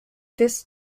this